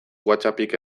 whatsappik